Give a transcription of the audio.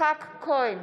יצחק כהן,